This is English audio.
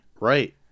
Right